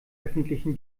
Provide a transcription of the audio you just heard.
öffentlichen